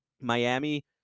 Miami